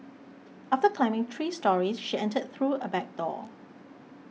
after climbing three storeys she entered through a back door